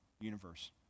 universe